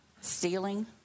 stealing